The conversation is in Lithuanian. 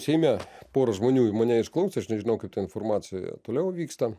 seime pora žmonių mane išklausė aš nežinau kaip ta informacija toliau vyksta